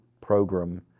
program